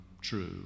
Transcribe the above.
true